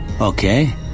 Okay